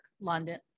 London